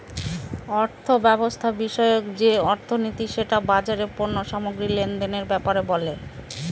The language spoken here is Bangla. অর্থব্যবস্থা বিষয়ক যে অর্থনীতি সেটা বাজারের পণ্য সামগ্রী লেনদেনের ব্যাপারে বলে